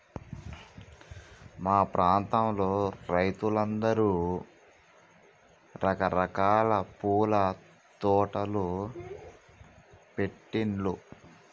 మా ప్రాంతంలో రైతులందరూ రకరకాల పూల తోటలు పెట్టిన్లు